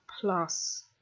Plus